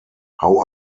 how